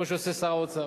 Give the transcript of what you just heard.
כמו שעושה שר האוצר.